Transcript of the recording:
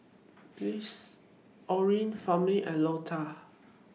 Orin Firman and Lota